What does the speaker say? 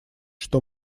что